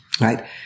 right